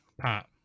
Pat